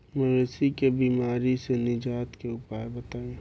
मवेशी के बिमारी से निजात के उपाय बताई?